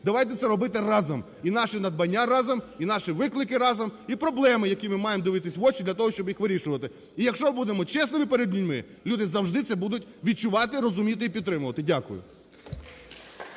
Давайте це робити разом, і наші надбання разом, і наші виклики разом, і проблеми, які ми маємо дивитися в очі, для того щоб їх вирішувати. І якщо будемо чесними перед людьми, люди завжди це будуть відчувати, розуміти і підтримувати. Дякую.